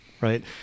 right